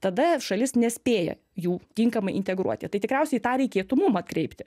tada šalis nespėja jų tinkamai integruoti tai tikriausiai tą reikėtų mum atkreipti